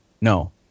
no